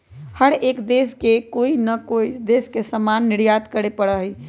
हर एक देश के कोई ना कोई देश से सामान निर्यात करे पड़ा हई